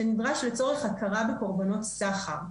שנדרש לצורך הכרה בקורבנות סחר.